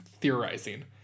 theorizing